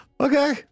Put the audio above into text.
Okay